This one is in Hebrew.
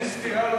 אין סתירה.